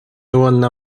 уонна